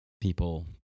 people